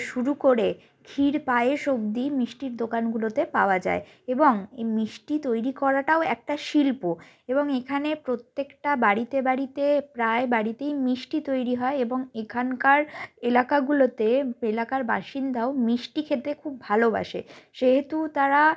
শুরু করে ক্ষীর পায়েস অবধি মিষ্টির দোকানগুলোতে পাওয়া যায় এবং এই মিষ্টি তৈরি করাটাও একটা শিল্প এবং এখানে প্রত্যেকটা বাড়িতে বাড়িতে প্রায় বাড়িতেই মিষ্টি তৈরি হয় এবং এখানকার এলাকাগুলোতে এলাকার বাসিন্দাও মিষ্টি খেতে খুব ভালোবাসে সেহেতু তারা